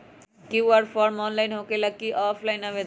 QR form online होकेला कि offline आवेदन?